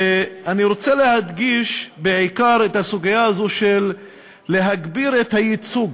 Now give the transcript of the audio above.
ואני רוצה להדגיש בעיקר את הסוגיה הזו של הגברת הייצוג